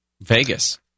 Vegas